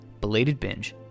belatedbinge